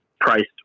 priced